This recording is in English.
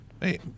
Hey